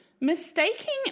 mistaking